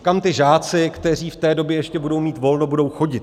Kam ti žáci, kteří v té době ještě budou mít volno, budou chodit?